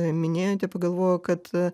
minėjote pagalvojau kad